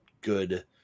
good